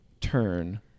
turn